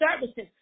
services